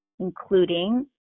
including